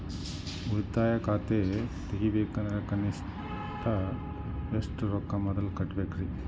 ಉಳಿತಾಯ ಖಾತೆ ತೆಗಿಬೇಕಂದ್ರ ಕನಿಷ್ಟ ಎಷ್ಟು ರೊಕ್ಕ ಮೊದಲ ಕಟ್ಟಬೇಕ್ರಿ?